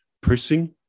pressing